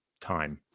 time